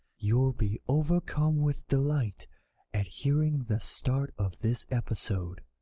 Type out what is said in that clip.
you'll be overcome with delight at hearing the start of this episode.